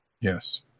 Yes